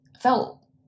felt